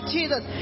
Jesus